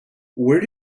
where